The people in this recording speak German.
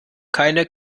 keiner